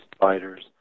fighters